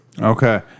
Okay